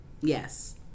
Yes